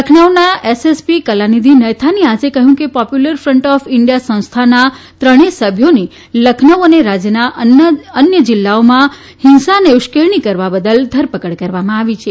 લખનઉના SSP Kalanidhi નૈથાનીએ આજે કહ્યું કે પોપ્યુલર ફન્ટ ઓફ ઇન્ડિથા સંસ્થાના ત્રણેય સભ્યોની લખનઉ અને રાજયના અન્ય જીલ્લાઓમાં હિંસા માટે ઉશ્કેરણી કરવા બદલ ધરપકડ કરવામાં આવી છે